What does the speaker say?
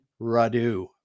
Radu